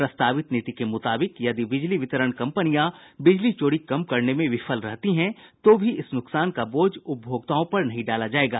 प्रस्तावित नीति के मुताबिक यदि बिजली वितरण कम्पनियां बिजली चोरी कम करने में विफल रहती है तो भी इस नुकसान का बोझ उपभोक्ताओं पर नहीं डाला जायेगा